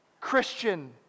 Christian